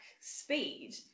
speed